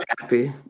happy